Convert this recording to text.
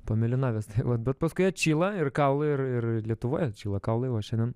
pamėlynavęs tai vat bet paskui atšyla ir kaulai ir ir lietuvoje atšyla kaulai o šiandien